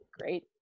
great